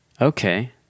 Okay